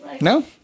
No